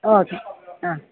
okay ആഹ്